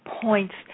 points